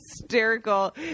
hysterical